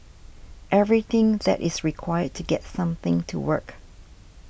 everything that is required to get something to work